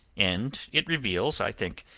and it reveals, i think,